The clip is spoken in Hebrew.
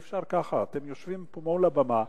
אי-אפשר ככה, אתם יושבים פה מול הבמה.